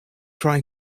trying